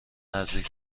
نزدیک